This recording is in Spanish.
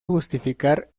justificar